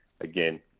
again